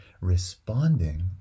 responding